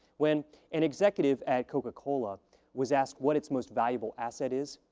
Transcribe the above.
when an executive at coca-cola was asked what its most valuable asset is,